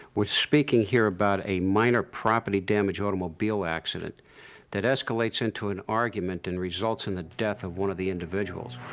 we're speaking here about a minor property damage automobile accident that escalates into an argument and results in the death of one of the individuals.